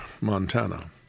Montana